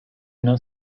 not